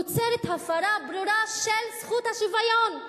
יוצרת הפרה ברורה של זכות השוויון.